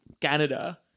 Canada